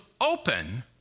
open